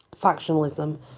factionalism